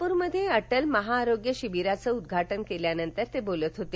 नागपूरमध्ये अटल महाआरोग्य शिबीराचं उद्वाटन केल्यानंतर ते बोलत होते